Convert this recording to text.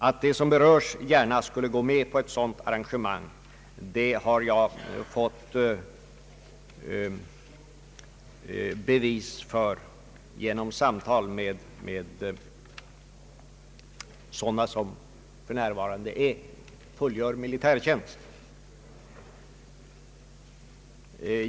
Att de som berörs gärna skulle gå med på ett sådant arrangemang har jag fått bevis på genom samtal med personer som för närvarande fullgör militärtjänst.